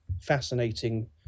fascinating